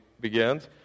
begins